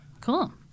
Cool